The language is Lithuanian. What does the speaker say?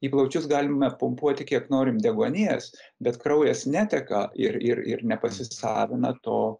į plaučius galime pumpuoti kiek norim deguonies bet kraujas neteka ir ir nepasisavina to